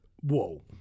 Whoa